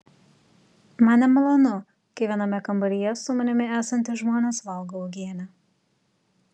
man nemalonu kai viename kambaryje su manimi esantys žmonės valgo uogienę